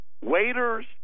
waiters